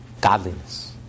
godliness